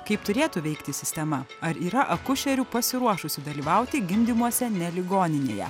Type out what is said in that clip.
kaip turėtų veikti sistema ar yra akušerių pasiruošusių dalyvauti gimdymuose ne ligoninėje